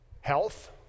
Health